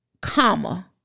comma